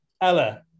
Ella